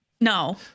no